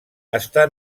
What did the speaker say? està